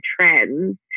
trends